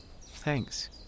Thanks